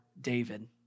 David